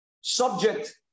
subject